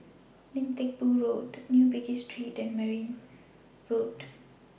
Lim Teck Boo Road New Bugis Street and Merryn Road